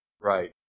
Right